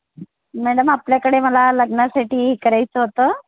madam आपल्याकडे मला लग्नासाठी करायचं होतं